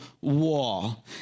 wall